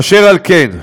אשר על כן,